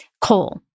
coal